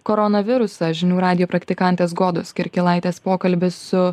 koronavirusą žinių radijo praktikantės godos kirkilaitės pokalbis su